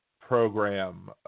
Program